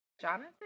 Jonathan